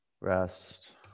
rest